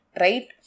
right